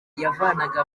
yavanaga